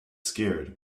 scared